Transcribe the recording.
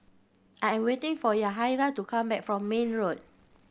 I am waiting for Yahaira to come back from Mayne Road